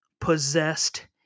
possessed